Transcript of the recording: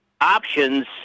options